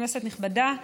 כנסת נכבדה,